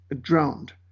drowned